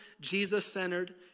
Jesus-centered